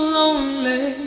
lonely